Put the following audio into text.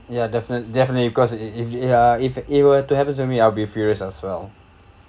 ya definite definitely because if if ya if it were to happen to me I'll be furious as well